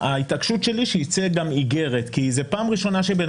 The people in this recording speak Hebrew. ההתעקשות שלי היא שתצא גם איגרת כי זאת פעם ראשונה שבן